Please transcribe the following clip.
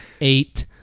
Eight